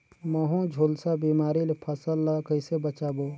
महू, झुलसा बिमारी ले फसल ल कइसे बचाबो?